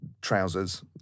trousers